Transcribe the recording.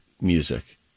music